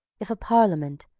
if a parliament,